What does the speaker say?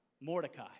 Mordecai